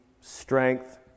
strength